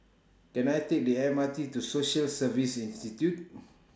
Can I Take The M R T to Social Service Institute